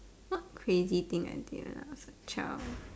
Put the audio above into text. what crazy thing I did when I was a child